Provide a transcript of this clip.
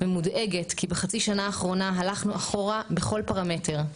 ומודאגת כי בחצי השנה האחרונה הלכנו אחורה בכל פרמטר.